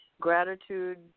gratitude